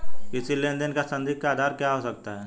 किसी लेन देन का संदिग्ध का आधार क्या हो सकता है?